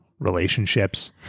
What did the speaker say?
relationships